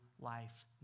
life